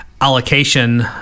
allocation